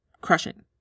crushing